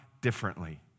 differently